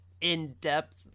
in-depth